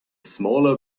smaller